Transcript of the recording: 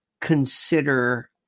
consider